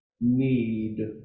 need